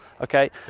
okay